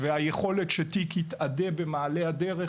והיכולת שתיק התאדה במעלה הדרך,